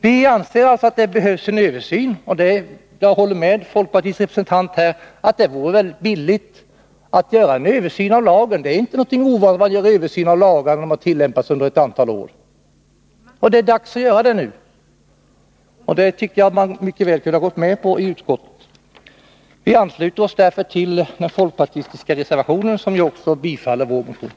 Vi anser alltså att det behövs en översyn. Jag håller med folkpartiets representant här om att det vore billigt att göra en översyn av lagen. Det är ingenting ovanligt att man gör översyn av lagar när de har tillämpats under ett antal år. Det är dags att göra det nu, och det tycker jag att utskottet mycket väl kunde ha gått med på. Vi ansluter oss därför till den folkpartistiska reservationen, som också tillstyrker vår motion.